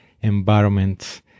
environment